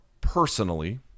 personally